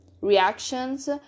reactions